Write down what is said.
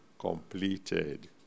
completed